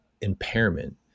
impairment